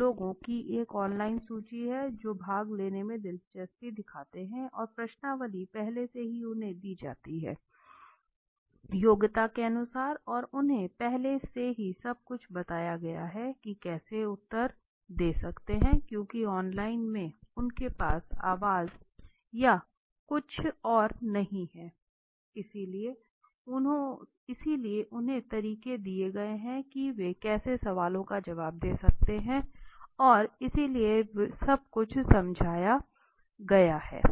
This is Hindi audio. लोगों की एक ऑनलाइन सूची है जो भाग लेने में दिलचस्पी दिखाते है और प्रश्नावली पहले से ही उन्हें दी जाती है कि योग्यता के अनुसार और उन्हें पहले से ही सब कुछ बताया गया है कि कैसे उत्तर दे सकते हैं क्योंकि ऑनलाइन में उनके पास आवाज या कुछ और नहीं है इसलिए उन्हें तरीके दिए गए हैं कि वे कैसे सवालों का जवाब दे सकते हैं और इसलिए सब कुछ समझाया गया है